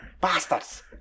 Bastards